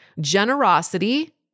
generosity